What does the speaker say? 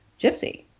Gypsy